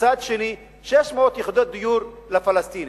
ומצד שני 600 יחידות דיור לפלסטינים.